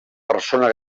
persona